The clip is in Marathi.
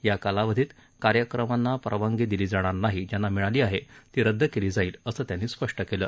या कालावधीत कार्यक्रमांना परवानगी दिली जाणार नाही ज्यांना मिळाली असेल ती रद्द केली जाईल असं त्यांनी स्पष्ट केलं